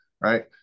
right